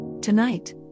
Tonight